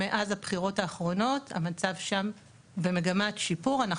מאז הבחירות המצב שם במגמת שיפור,